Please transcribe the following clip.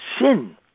sin